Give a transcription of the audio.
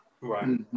Right